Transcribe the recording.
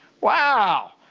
wow